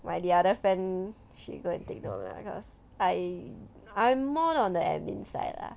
my the other friend she go and note lah cause I'm I'm more on the admin side lah